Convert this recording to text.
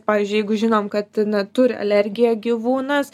pavyzdžiui jeigu žinom kad na turi alergiją gyvūnas